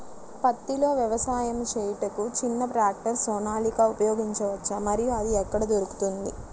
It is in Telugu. పత్తిలో వ్యవసాయము చేయుటకు చిన్న ట్రాక్టర్ సోనాలిక ఉపయోగించవచ్చా మరియు అది ఎక్కడ దొరుకుతుంది?